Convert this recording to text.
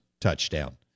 touchdown